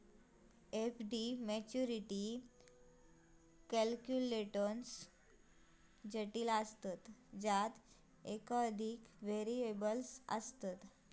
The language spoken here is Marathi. एफ.डी मॅच्युरिटी कॅल्क्युलेटोन्स जटिल असतत ज्यात एकोधिक व्हेरिएबल्स असतत